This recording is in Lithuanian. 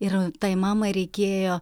ir tai mamai reikėjo